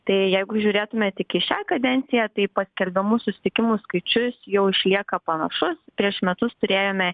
tai jeigu žiūrėtume tik į šią kadenciją tai paskelbiamų susitikimų skaičius jau išlieka panašus prieš metus turėjome